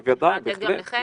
בוודאי, בהחלט.